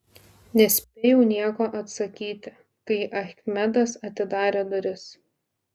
nespėjau nieko atsakyti kai achmedas atidarė duris